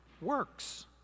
works